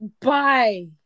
Bye